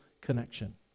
connection